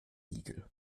igel